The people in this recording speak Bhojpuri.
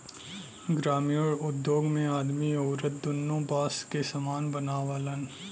ग्रामिण उद्योग मे आदमी अउरत दुन्नो बास के सामान बनावलन